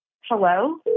hello